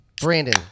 Brandon